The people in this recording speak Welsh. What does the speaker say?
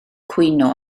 cwyno